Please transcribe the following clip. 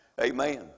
Amen